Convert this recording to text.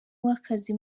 w’akazi